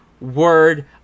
word